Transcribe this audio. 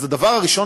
אז הדבר הראשון,